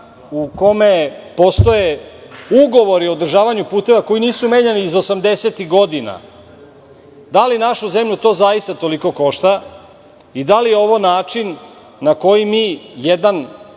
u kome postoje ugovori o održavanju puteva koji nisu menjani iz 80-tih godina, da li našu zemlju to zaista toliko košta i da li je ovo način na koji mi jednu